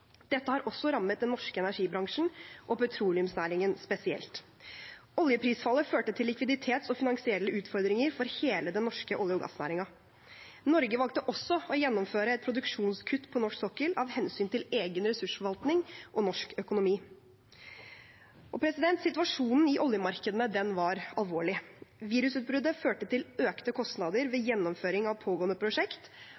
Dette har også rammet den norske energibransjen – og petroleumsnæringen spesielt. Oljeprisfallet førte til likviditetsutfordringer og finansielle utfordringer for hele den norske olje- og gassnæringen. Norge valgte også å gjennomføre et produksjonskutt på norsk sokkel av hensyn til egen ressursforvaltning og norsk økonomi. Situasjonen i oljemarkedene var alvorlig. Virusutbruddet førte til økte kostnader ved